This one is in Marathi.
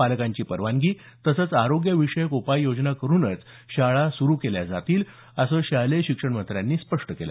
पालकांची परवानगी तसंच आरोग्य विषयक उपाययोजना करूनच शाळा सुरू केल्या जातील असं शालेय शिक्षणमंत्र्यांनी स्पष्ट केलं